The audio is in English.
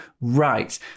right